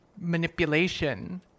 manipulation